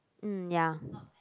mm ya